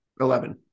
Eleven